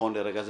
נכון לרגע זה.